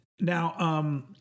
now